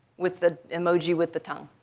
with the emoji with the tongue.